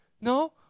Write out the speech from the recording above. No